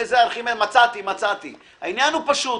ארכימדס: מצאתי! מצאתי! העניין הוא פשוט.